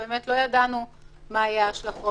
לא ידענו מה יהיו ההשלכות,